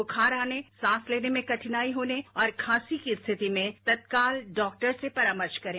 बुखार आने सांस लेने में कठिनाई होने और खांसी की स्थिति में तत्काल डॉक्टर से परामर्श करें